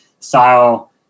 Style